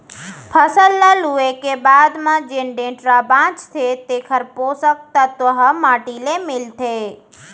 फसल ल लूए के बाद म जेन डेंटरा बांचथे तेकर पोसक तत्व ह माटी ले मिलथे